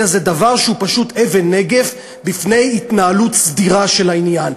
אלא זה דבר שהוא פשוט אבן נגף בפני התנהלות סדירה של העניין.